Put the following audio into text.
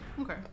okay